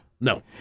No